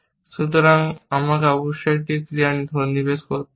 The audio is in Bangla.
সুতরাং আমাকে অবশ্যই একটি ক্রিয়া সন্নিবেশ করাতে হবে